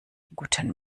guten